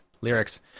lyrics